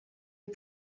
est